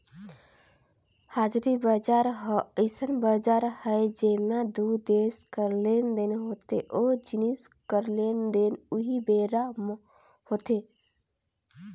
हाजिरी बजार ह अइसन बजार हरय जेंमा दू देस कर लेन देन होथे ओ जिनिस कर लेन देन उहीं बेरा म होथे